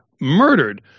murdered